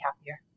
happier